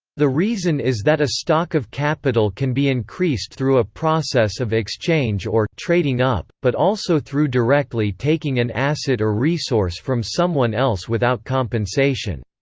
the reason is that a stock of capital can be increased through a process of exchange or trading up, but also through directly taking an asset or resource from someone else without compensation.